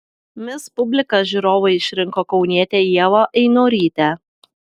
mis publika žiūrovai išrinko kaunietę ievą einorytę